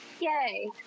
Yay